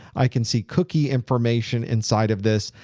i can see cookie information inside of this.